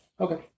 Okay